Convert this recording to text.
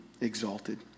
exalted